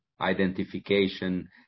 identification